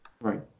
Right